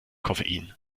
koffein